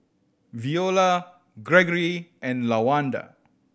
Veola Gregory and Lawanda